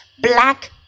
black